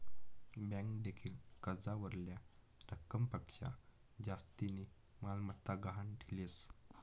bank देयेल कर्जावरल्या रकमपक्शा जास्तीनी मालमत्ता गहाण ठीलेस